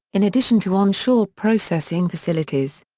in addition to onshore processing facilities.